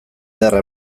ederra